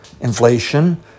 inflation